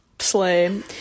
Slay